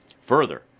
Further